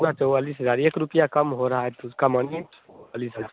हाँ चौवालीस हज़ार एक रुपया कम हो रहा है तो उसका मानिए चालीस हज़ार